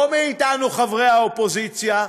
לא מאתנו, חברי האופוזיציה,